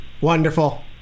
Wonderful